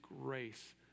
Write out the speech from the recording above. grace